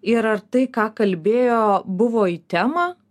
ir ar tai ką kalbėjo buvo į temą